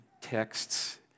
texts